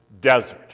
desert